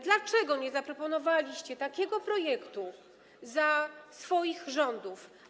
Dlaczego nie zaproponowaliście takiego projektu za swoich rządów?